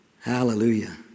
Hallelujah